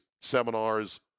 seminars